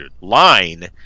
line